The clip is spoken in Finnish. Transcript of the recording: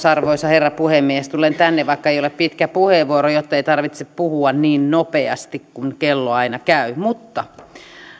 arvoisa herra puhemies tulen tänne korokkeelle vaikka ei ole pitkä puheenvuoro jottei tarvitse puhua niin nopeasti kun kello aina käy